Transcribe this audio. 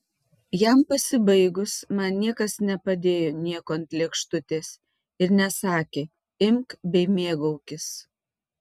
jam pasibaigus man niekas nepadėjo nieko ant lėkštutės ir nesakė imk bei mėgaukis